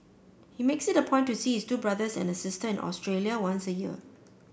he makes it a point to sees two brothers and a sister in Australia once a year